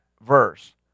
verse